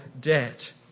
debt